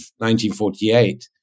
1948